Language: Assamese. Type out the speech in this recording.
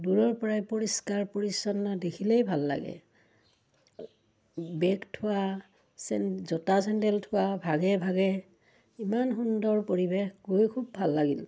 দূৰৰপৰাই পৰিষ্কাৰ পৰিচ্ছন্ন দেখিলেই ভাল লাগে বেগ থোৱা জোতা চেণ্ডেল থোৱা ভাগে ভাগে ইমান সুন্দৰ পৰিৱেশ গৈ খুব ভাল লাগিল